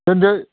दोन्दो